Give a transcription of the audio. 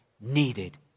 needed